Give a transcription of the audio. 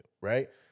right